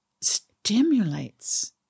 stimulates